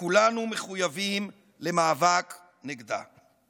וכולנו מחויבים למאבק נגדה.